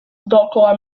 dookoła